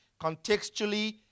contextually